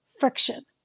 Friction